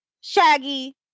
shaggy